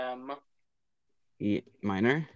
minor